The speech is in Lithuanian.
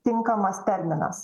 tinkamas terminas